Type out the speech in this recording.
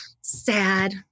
Sad